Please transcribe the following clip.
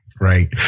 Right